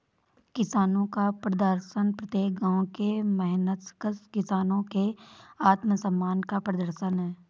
किसानों का प्रदर्शन प्रत्येक गांव के मेहनतकश किसानों के आत्मसम्मान का प्रदर्शन है